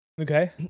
Okay